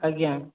ଆଜ୍ଞା